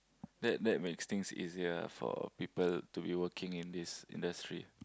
that that makes things easier for people to be working in this industry